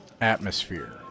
atmosphere